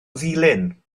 ddulyn